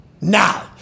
Now